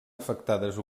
afectades